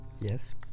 Yes